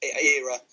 era